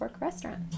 Restaurant